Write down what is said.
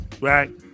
right